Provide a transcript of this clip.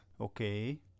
Okay